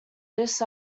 this